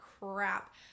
crap